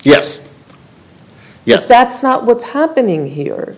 yes yes that's not what's happening here